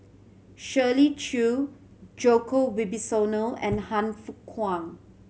Shirley Chew Djoko Wibisono and Han Fook Kwang